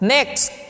Next